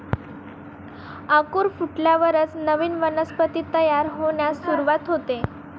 अंकुर फुटल्यावरच नवीन वनस्पती तयार होण्यास सुरूवात होते